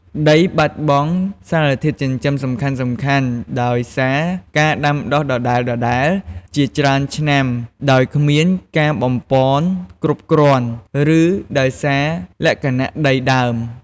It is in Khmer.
ដីអាចបាត់បង់សារធាតុចិញ្ចឹមសំខាន់ៗដោយសារការដាំដុះដដែលៗជាច្រើនឆ្នាំដោយគ្មានការបំប៉នគ្រប់គ្រាន់ ឬដោយសារលក្ខណៈដីដើម។